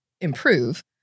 improve